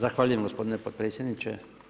Zahvaljujem gospodine potpredsjedniče.